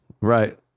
right